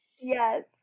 Yes